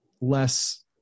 less